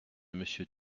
monsieur